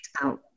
out